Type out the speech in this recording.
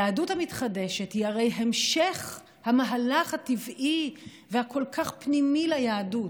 היהדות המתחדשת היא הרי המשך המהלך הטבעי והכל-כך פנימי ליהדות,